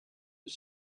his